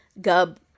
gub